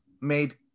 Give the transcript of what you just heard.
made